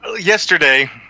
yesterday